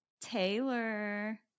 Taylor